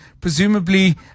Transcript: presumably